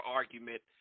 argument